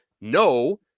no